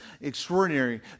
extraordinary